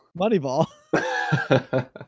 Moneyball